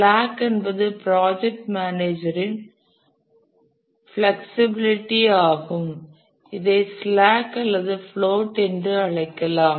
slack என்பது project மேனேஜரின் flexibility ஆகும் இதை ஸ்லாக் அல்லது பிளோட் என்று அழைக்கலாம்